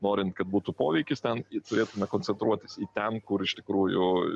norint kad būtų poveikis ten turėtume koncentruotis į ten kur iš tikrųjų